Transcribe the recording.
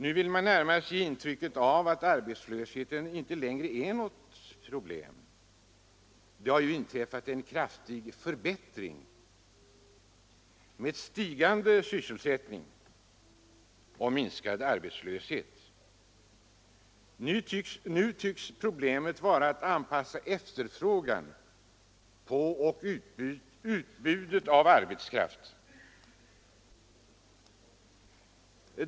Nu vill man närmast ge intrycket av att arbetslösheten inte längre är något problem. Det har ju inträffat en ”kraftig förbättring” med stigande sysselsättning och minskad arbetslöshet. Nu tycks problemet vara att anpassa efterfrågan på och utbudet av arbetskraft.